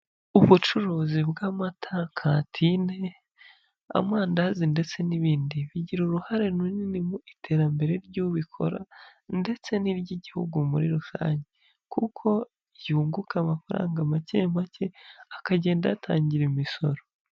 Ubucuruzi bw'amata cantine, amandazi ndetse n'ibindi, bigira uruhare runini mu iterambere ry'ubikora ndetse n'iry'igihugu muri rusange kuko yunguka amafaranga make make akagenda ayatangira imisoro.